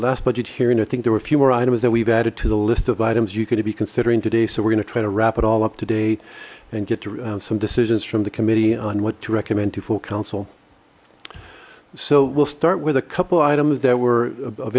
last budget hearing i think there were a few more items that we've added to the list of items you could it be considering today so we're going to try to wrap it all up to date and get to some decisions from the committee on what to recommend to full council so we'll start with a couple items that were of